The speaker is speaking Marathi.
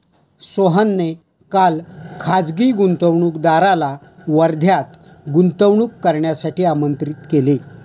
सोहनने काल खासगी गुंतवणूकदाराला वर्ध्यात गुंतवणूक करण्यासाठी आमंत्रित केले